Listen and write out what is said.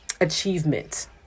achievement